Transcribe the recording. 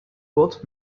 both